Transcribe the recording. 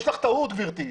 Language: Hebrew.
יש לך טעות גברתי.